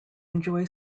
enjoy